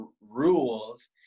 rules